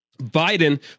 Biden